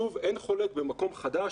אין חולק לגבי בית ספר במקום חדש.